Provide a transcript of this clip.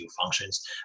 functions